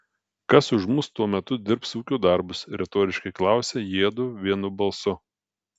kas už mus tuo metu dirbs ūkio darbus retoriškai klausia jiedu vienu balsu